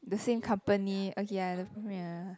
the same company okay ya ya